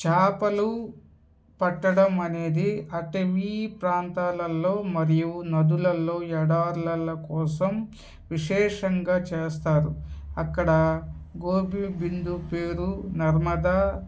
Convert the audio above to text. చేపలు పట్టడం అనేది అటవి ప్రాంతాలలో మరియు నదులలో ఎడార్లలలో కోసం విశేషంగా చేస్తారు అక్కడ గోబి బిందు పేరు నర్మద